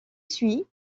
suit